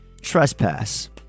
trespass